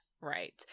Right